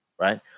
right